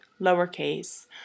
lowercase